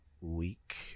...week